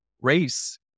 race